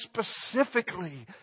specifically